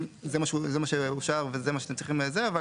שזה מה שאושר וזה מה שאתם צריכים ל אבל